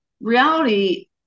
reality